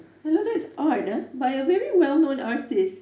hello this is art ah by a very well known artist